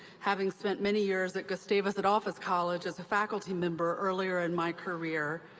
having spent many years at gustavus adolphus college as a faculty member earlier in my career.